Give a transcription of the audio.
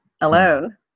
alone